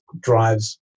drives